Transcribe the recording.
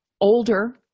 older